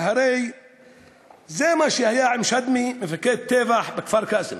שהרי זה מה שהיה עם שדמי, מפקד הטבח בכפר-קאסם.